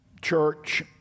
church